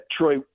Troy